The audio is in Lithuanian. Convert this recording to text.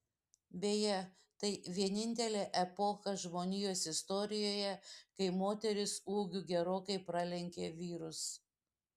beje tai vienintelė epocha žmonijos istorijoje kai moterys ūgiu gerokai pralenkė vyrus